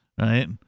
Right